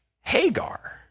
Hagar